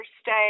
stay